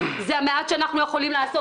זה המעט שאנחנו יכולים לעשות,